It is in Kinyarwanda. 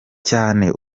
cyane